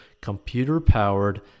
computer-powered